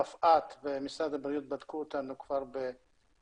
מפא"ת ומשרד הבריאות בדקו אותנו כבר באפריל.